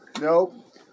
Nope